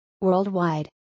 Worldwide